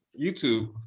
YouTube